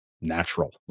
natural